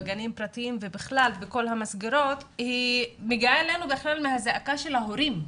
בגנים פרטיים ובכלל בכל המסגרות היא מגיעה אלינו החל מהזעקה של ההורים.